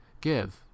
give